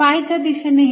phi च्या दिशेने